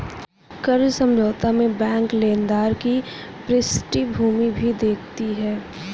कर्ज समझौता में बैंक लेनदार की पृष्ठभूमि भी देखती है